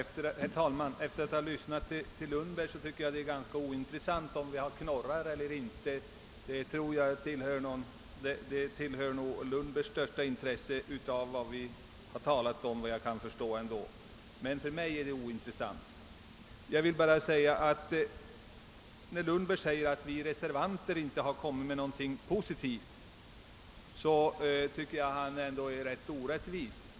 Herr talman! Efter att ha lyssnat på herr Lundbergs anförande tycker jag det är ganska ointressant, om vi har knorrar eller inte. Det tillhör herr Lundbergs största intresse i detta sammanhang efter vad jag kan förstå. Men för mig är det ointressant. Jag vill med anledning av att herr Lundberg säger att vi reservanter inte har kommit med något positivt säga, att jag tycker, att han är ganska orättvis.